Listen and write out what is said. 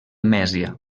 mèsia